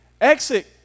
exit